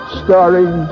starring